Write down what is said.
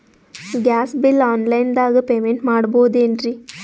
Gas bill online ದಾಗ payment ಮಾಡಬೋದೇನ್ರಿ?